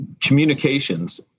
communications